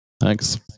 Thanks